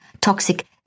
toxic